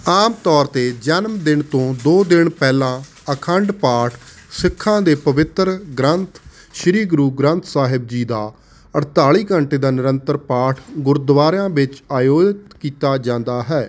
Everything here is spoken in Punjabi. ਆਮ ਤੌਰ 'ਤੇ ਜਨਮ ਦਿਨ ਤੋਂ ਦੋ ਦਿਨ ਪਹਿਲਾਂ ਅਖੰਡ ਪਾਠ ਸਿੱਖਾਂ ਦੇ ਪਵਿੱਤਰ ਗ੍ਰੰਥ ਸ਼੍ਰੀ ਗੁਰੂ ਗ੍ਰੰਥ ਸਾਹਿਬ ਦਾ ਅਠਤਾਲੀ ਘੰਟੇ ਦਾ ਨਿਰੰਤਰ ਪਾਠ ਗੁਰੂਦੁਆਰਿਆਂ ਵਿੱਚ ਆਯੋਜਿਤ ਕੀਤਾ ਜਾਂਦਾ ਹੈ